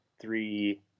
three